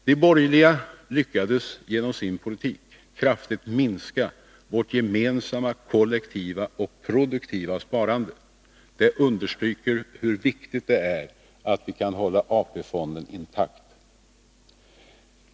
De borgerliga lyckades genom sin politik kraftigt minska vårt gemensamma kollektiva och produktiva sparande. Det understryker hur viktigt det är att vi kan hålla AP-fonden intakt.